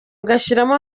ugashyiramo